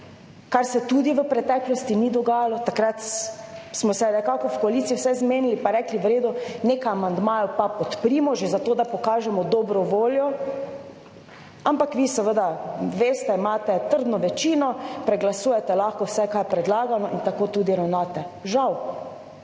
kar se tudi v preteklosti ni dogajalo, takrat smo se nekako v koaliciji vse zmenili pa rekli: »V redu, nekaj amandmajev pa podprimo že zato, da pokažemo dobro voljo«, ampak vi seveda veste, imate trdno večino, preglasujete lahko vse kar je predlagano in tako tudi ravnate, žal.